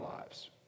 lives